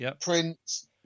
Prince